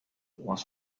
was